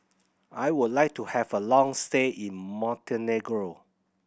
I would like to have a long stay in Montenegro